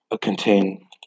contain